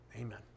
Amen